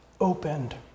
opened